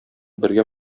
бергә